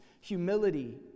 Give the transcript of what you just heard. humility